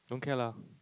don't care lah